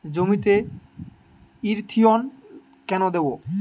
জমিতে ইরথিয়ন কেন দেবো?